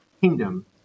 kingdom